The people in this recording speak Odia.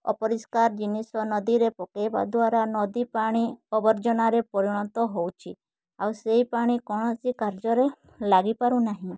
ଅପରିଷ୍କାର ଜିନିଷ ନଦୀରେ ପକେଇବା ଦ୍ବାରା ନଦୀ ପାଣି ଅବର୍ଜନାରେ ପରିଣତ ହଉଛି ଆଉ ସେହି ପାଣି କୌଣସି କାର୍ଯ୍ୟରେ ଲାଗିପାରୁ ନାହିଁ